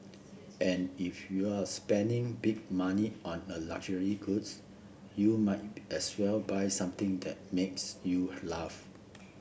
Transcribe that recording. and if you're spending big money on a luxury goods you might as well buy something that makes you laugh